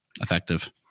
effective